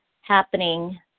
happening